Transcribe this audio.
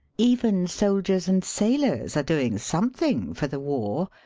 even soldiers and sailors are doing something for the war,